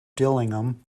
dillingham